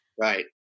Right